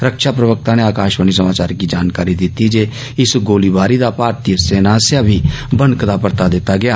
रक्षा प्रवक्ता नै आकाशवाणी समाचार गी जानकारी दित्ती ऐ जे इस गोलीबारी दा भारतीय सेना आस्सेआ बी बनकदा परता दित्ता गेआ